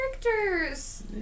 characters